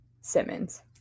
Simmons